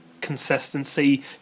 consistency